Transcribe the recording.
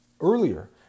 earlier